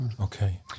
Okay